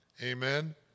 amen